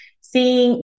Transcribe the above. seeing